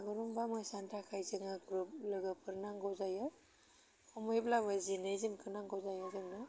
बागुरुम्बा मोसानो थाखाय जोंङो ग्रुप लोगोफोर नांगौ जायो खमैब्लाबो जिनैजोनखौ नांगौ जायो जोंनो